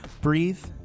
breathe